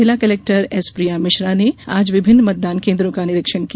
जिला collector S Priya Mishra ने आज विभिन्न मतदान केन्द्रों का निरीक्षण किया